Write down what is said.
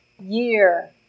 year